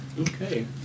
Okay